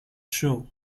show